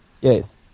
Yes